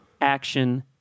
Action